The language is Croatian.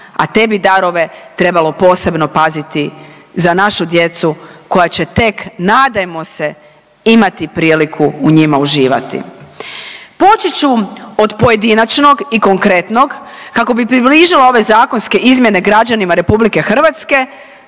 a te bi darove trebalo posebno paziti za našu djecu koja će tek nadajmo se imati priliku u njima uživati. Poći ću od pojedinačnog i konkretnog kako bi približila ove zakonske izmjene građanima RH do nekih